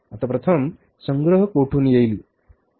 आता प्रथम संग्रह कोठून येईल